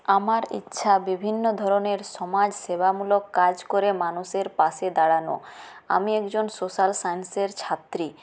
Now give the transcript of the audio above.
আমার ইচ্ছা বিভিন্ন ধরনের সমাজসেবামূলক কাজ করে মানুষের পাশে দাঁড়ানো আমি একজন সোশ্যাল সায়েন্সের ছাত্রী